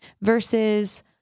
versus